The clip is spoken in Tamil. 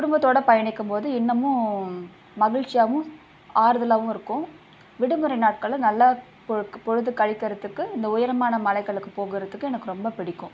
குடும்பத்தோடு பயணிக்கும் போது இன்னமும் மகிழ்ச்சியாகவும் ஆறுதலாகவும் இருக்கும் விடுமுறை நாட்களை நல்லா பொழ்க் பொழுது கழிக்கிறதுக்கு இந்த உயரமான மலைகளுக்கு போகறதுக்கு எனக்கு ரொம்ப பிடிக்கும்